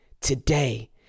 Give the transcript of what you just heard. today